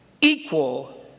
equal